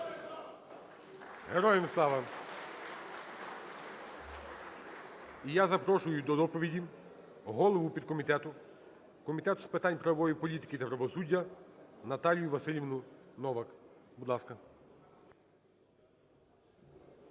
Героям Слава! І я запрошую до доповіді голову підкомітету Комітету з питань правової політики та правосуддя Наталю Василівну Новак. Будь ласка.